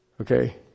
Okay